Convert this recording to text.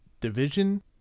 division